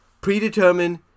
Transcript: predetermined